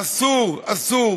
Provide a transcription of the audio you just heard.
אסור, אסור